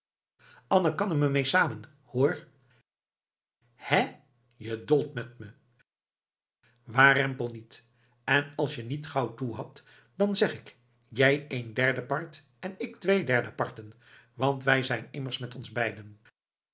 annemekannememeesamen hoor hè je dolt met me waarempel niet en als je niet gauw toehapt dan zeg ik jij één derde part en ik twee derde parten want wij zijn met ons beiden